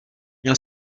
měl